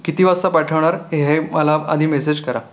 किती वाजता पाठवणार हे मला आधी मेसेज करा